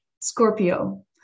Scorpio